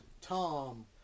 Tom